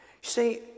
See